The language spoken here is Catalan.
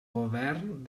govern